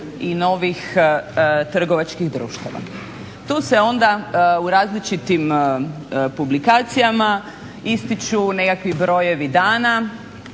i novih trgovačkih društava. Tu se onda u različitim publikacijama ističu nekakvi brojevi dana,